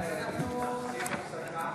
אני רוצה שתכריז על הפסקה.